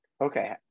okay